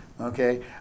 Okay